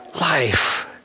life